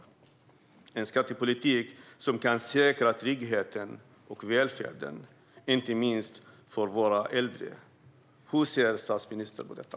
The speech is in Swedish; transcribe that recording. Det behövs en skattepolitik som kan säkra tryggheten och välfärden, inte minst för våra äldre. Hur ser statsministern på detta?